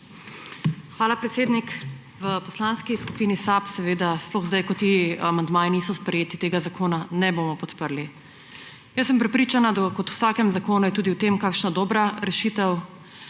Hvala, predsednik. V Poslanski skupini SAB seveda, sploh zdaj, ko ti amandmaji niso sprejeti, tega zakona ne bomo podprli. Prepričana sem, da kot v vsakem zakonu je tudi v tem kakšna dobra rešitev,